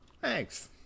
Thanks